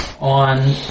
On